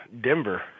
Denver